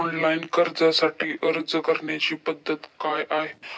Online कर्जासाठी अर्ज करण्याची पद्धत काय आहे?